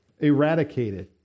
eradicated